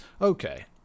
okay